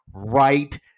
Right